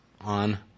on